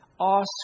Ask